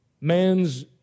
Man's